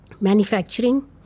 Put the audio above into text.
manufacturing